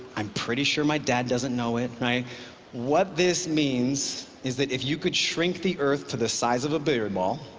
i'm pretty sure my dad doesn't know it. what this means is that if you could shrink the earth to the size of a billiard ball,